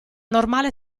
normale